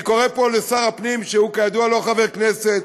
אני קורא פה לשר הפנים, שהוא כידוע לא חבר כנסת,